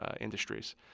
industries